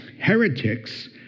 heretics